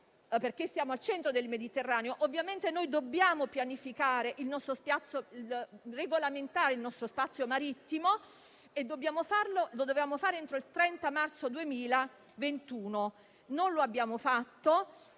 perché siamo al centro del Mediterraneo, ovviamente noi dobbiamo regolamentare il nostro spazio marittimo e avremmo dovuto farlo entro il 30 marzo 2021, ma non lo abbiamo fatto.